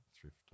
Thrift